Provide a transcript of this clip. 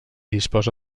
disposa